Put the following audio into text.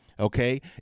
Okay